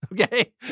Okay